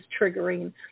triggering